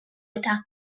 eta